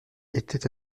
était